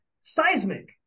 seismic